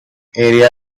area